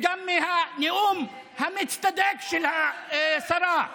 האם לא היית איתנו ברשימה המשותפת והצבעת איתנו?